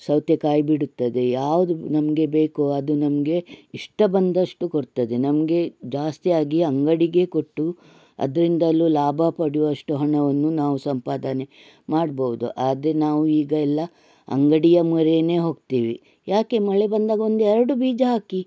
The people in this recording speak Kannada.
ಸೌತೆಕಾಯಿ ಬಿಡುತ್ತದೆ ಯಾವ್ದು ನಮಗೆ ಬೇಕೋ ಅದು ನಮಗೆ ಇಷ್ಟ ಬಂದಷ್ಟು ಕೊಡ್ತದೆ ನಮಗೆ ಜಾಸ್ತಿಯಾಗಿ ಅಂಗಡಿಗೇ ಕೊಟ್ಟು ಅದರಿಂದಲು ಲಾಭ ಪಡಿವಷ್ಟು ಹಣವನ್ನು ನಾವು ಸಂಪಾದನೆ ಮಾಡ್ಬೋದು ಅದೇ ನಾವು ಈಗ ಎಲ್ಲ ಅಂಗಡಿಯ ಮೊರೆನೇ ಹೋಗ್ತಿವಿ ಯಾಕೆ ಮಳೆ ಬಂದಾಗ ಒಂದು ಎರಡು ಬೀಜ ಹಾಕಿ